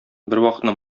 бервакытны